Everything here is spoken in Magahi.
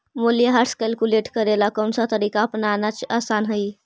मूल्यह्रास कैलकुलेट करे ला कौनसा तरीका अपनाना आसान हई